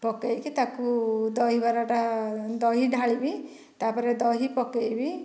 ପକାଇକି ତାକୁ ଦହିବରାଟା ଦହି ଢାଳିବି ତା'ପରେ ଦହି ପକାଇବି